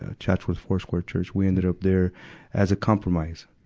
ah chatsworth foursquare church. we ended up there as a compromise.